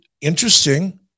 interesting